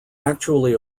actually